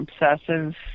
obsessive